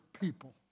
people